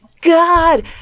God